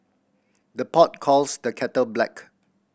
the pot calls the kettle black